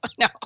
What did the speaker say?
no